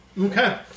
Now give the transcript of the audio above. Okay